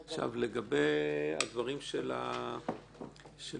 לגבי הדברים של היועץ,